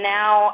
now